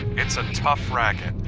it's a tough racket.